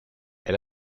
elle